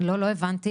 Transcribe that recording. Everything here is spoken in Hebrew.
לא, לא הבנתי.